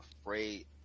afraid